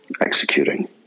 executing